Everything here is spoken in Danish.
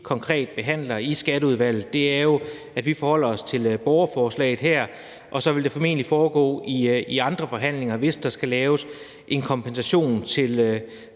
konkret behandler i Skatteudvalget, er jo, at vi forholder os til borgerforslaget her, og så vil det formentlig foregå i andre forhandlinger, hvis der skal laves en kompensation til